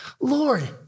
Lord